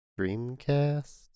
Dreamcast